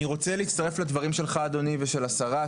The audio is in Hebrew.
אני רוצה להצטרף לדברים שלך אדוני ושל השרה,